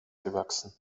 gewachsen